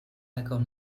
l’accord